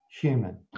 human